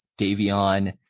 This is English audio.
Davion